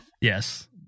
Yes